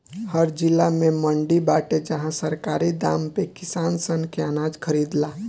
हर जिला में मंडी बाटे जहां सरकारी दाम पे किसान सन के अनाज खरीदाला